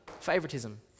favoritism